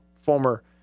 former